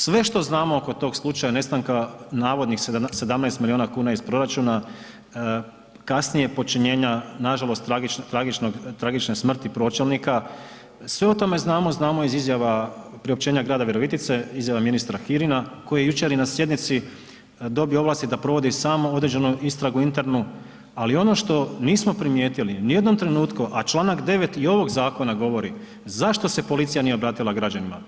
Sve što znamo oko tog slučaja nestanka navodnih 17 milijuna kuna iz proračuna, kasnije počinjenja nažalost tragične smrti pročelnika, sve o tome znamo, znamo iz izjava priopćenja grada Virovitice, izjave ministra Kirina koji je jučer i na sjednici dobio ovlasti da provodi smo određenu istragu internu, ali ono što nismo primijetili u nijednom trenutku, a čl. 9 i ovog zakona govori, zašto se policija nije obratila građanima?